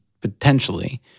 potentially